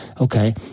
okay